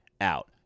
out